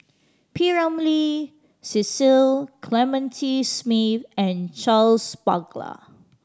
P Ramlee Cecil Clementi Smith and Charles Paglar